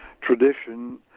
tradition